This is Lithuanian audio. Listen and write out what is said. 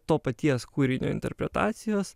to paties kūrinio interpretacijos